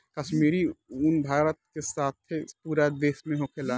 काश्मीरी उन भारत के साथे पूरा दुनिया में होखेला